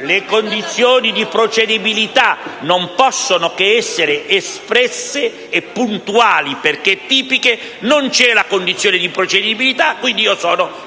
Le condizioni di procedibilità non possono che essere espresse e puntuali, perché tipiche: non c'è la condizione di improcedibilità e, quindi, io sono